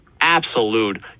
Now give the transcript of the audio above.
Absolute